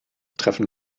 treffen